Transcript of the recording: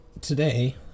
today